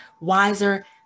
wiser